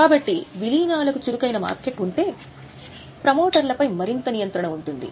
కాబట్టి విలీనాలకు చురుకైన మార్కెట్ ఉంటే ప్రమోటర్లపై మరింత నియంత్రణ ఉంటుంది